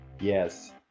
Yes